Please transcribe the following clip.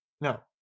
no